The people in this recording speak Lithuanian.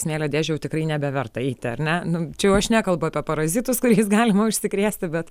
smėlio dėžę jau tikrai nebeverta eiti ar ne nu čia jau aš nekalbu apie parazitus kuriais galima užsikrėsti bet